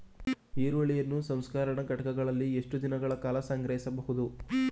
ಈರುಳ್ಳಿಯನ್ನು ಸಂಸ್ಕರಣಾ ಘಟಕಗಳಲ್ಲಿ ಎಷ್ಟು ದಿನಗಳ ಕಾಲ ಸಂಗ್ರಹಿಸಬಹುದು?